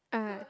ah